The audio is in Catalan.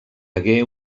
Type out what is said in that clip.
hagué